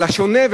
על השונה,